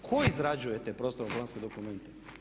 Tko izrađuje te prostorno-planske dokumente?